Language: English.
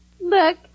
Look